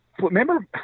remember